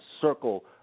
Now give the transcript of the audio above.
circle